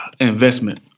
investment